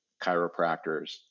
chiropractors